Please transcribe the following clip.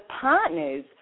partners